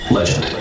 Legend